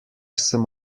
sem